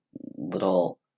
little